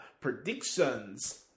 predictions